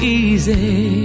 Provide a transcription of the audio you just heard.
easy